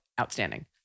outstanding